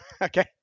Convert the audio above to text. Okay